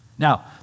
Now